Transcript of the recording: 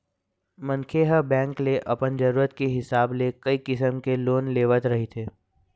मनखे ह बेंक ले अपन जरूरत के हिसाब ले कइ किसम के लोन लेवत रहिथे